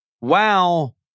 wow